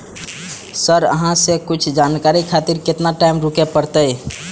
Sir अहाँ से कुछ जानकारी खातिर केतना टाईम रुके परतें?